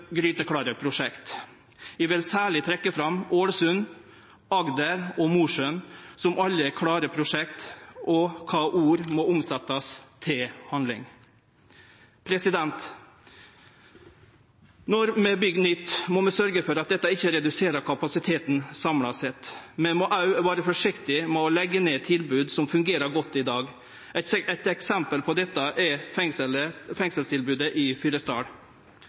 gryteklare prosjekt. Eg vil særleg trekkje fram Ålesund, Agder og Mosjøen, som alle er klare prosjekt og der ord må setjast om til handling. Når vi byggjer nytt, må vi sørgje for at dette ikkje reduserer kapasiteten samla sett. Vi må òg vere forsiktige med å leggje ned tilbod som fungerer godt i dag. Eit eksempel på dette er fengselstilbodet i Fyresdal,